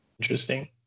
interesting